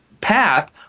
path